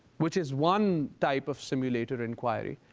which is one type of simulator inquiry,